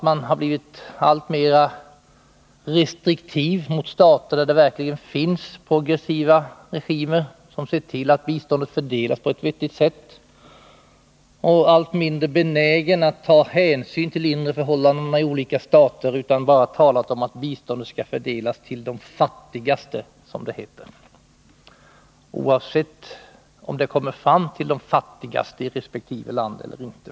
Man har blivit alltmer restriktiv mot stater där det verkligen finns progressiva regimer som ser till att biståndet fördelas på ett vettigt sätt. Man har blivit allt mindre benägen att ta hänsyn till mindre förhållanden i olika länder. Man har bara talat om att biståndet skall fördelas till de fattigaste, som det heter, oavsett om det kommer fram till de fattigaste i resp. land eller inte.